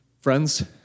Friends